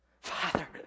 Father